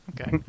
Okay